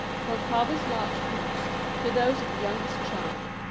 from father's large boots to those of the youngest child.